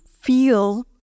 feel